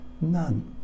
none